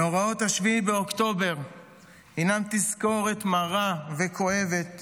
מאורעות 7 באוקטובר הם תזכורת מרה וכואבת